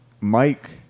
Mike